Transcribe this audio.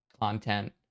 content